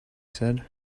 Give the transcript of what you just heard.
said